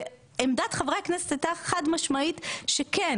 עמדת חברי הכנסת הייתה חד משמעית שכן